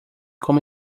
como